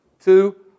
Two